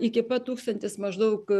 iki pat tūkstantis maždaug